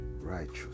righteous